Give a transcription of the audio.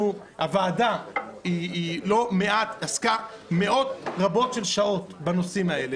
הוועדה היא לא מעט עסקה מאות רבות של שעות בנושאים האלה.